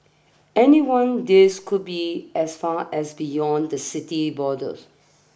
anyone these could be as far as beyond the city's borders